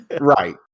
right